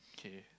okay